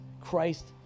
christ